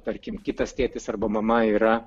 tarkim kitas tėtis arba mama yra